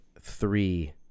Three